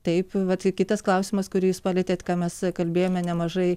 taip vat kitas klausimas kurį jūs palietėt ką mes kalbėjome nemažai